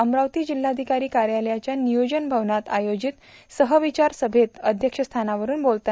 अमरावती जिल्हाधिकारी कार्यालयाच्या नियोजन भवनात आयोजित सहविचार सभेत अध्यक्ष स्थानावरून ते बोलत होते